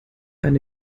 eine